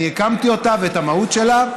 הקמתי אותה ואת המהות שלה,